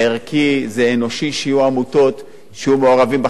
זה אנושי שיהיו עמותות שיהיו מעורבות בחיים האזרחיים,